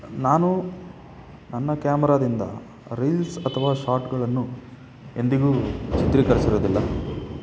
ನಾನು ನನ್ನ ಕ್ಯಾಮರಾದಿಂದ ರೀಲ್ಸ್ ಅಥವಾ ಶಾರ್ಟ್ಗಳನ್ನು ಎಂದಿಗೂ ಚಿತ್ರೀಕರಿಸಿರುವುದಿಲ್ಲ